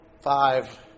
five